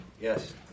yes